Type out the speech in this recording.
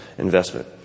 Investment